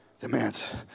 demands